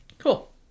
Cool